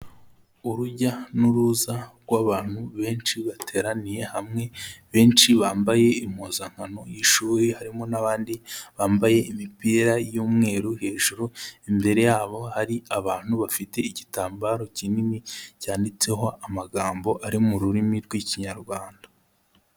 Urujya n'uruza rw'abantu benshi bateraniye hamwe benshi, bambaye impuzankano y'ishuri harimo n'abandi bambaye imipira y'umweru hejuru, imbere yabo hari abantu bafite igitambaro kinini cyanditseho amagambo ari mu rurimi rw'Ikinyarwanda.